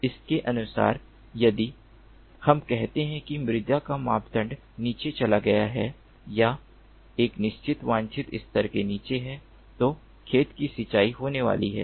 और इसके अनुसार यदि हम कहते हैं कि मिट्टी का मानदंड नीचे चला गया है या एक निश्चित वांछित स्तर से नीचे है तो खेत की सिंचाई होने वाली है